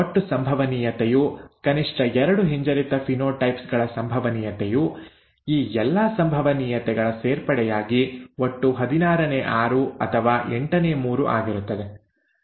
ಒಟ್ಟು ಸಂಭವನೀಯತೆಯು ಕನಿಷ್ಠ ಎರಡು ಹಿಂಜರಿತ ಫಿನೋಟೈಪ್ಸ್ ಗಳ ಸಂಭವನೀಯತೆಯು ಈ ಎಲ್ಲಾ ಸಂಭವನೀಯತೆಗಳ ಸೇರ್ಪಡೆಯಾಗಿ ಒಟ್ಟು 616 ಅಥವಾ 38 ಆಗಿರುತ್ತದೆ